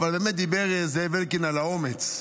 האמת, דיבר זאב אלקין על האומץ.